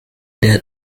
der